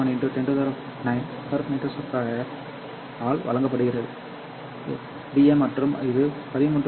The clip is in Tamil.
7 10 9 m 2 ஆல் வழங்கப்படுகிறது எதிரி Dmமற்றும் இது 13